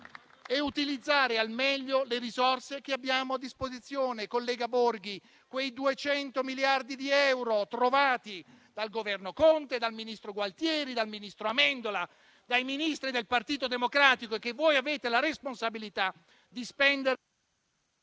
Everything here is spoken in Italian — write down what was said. e utilizzare al meglio le risorse che abbiamo a disposizione: collega Borghi, quei 200 miliardi di euro trovati dal Governo Conte, dal ministro Gualtieri, dal ministro Amendola, dai ministri del Partito Democratico, che voi avete la responsabilità di spendere...